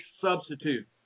substitute